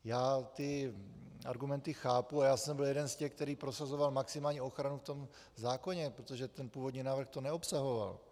Já ty argumenty chápu a byl jsem jeden z těch, který prosazoval maximální ochranu v tom zákoně, protože původní návrh to neobsahoval.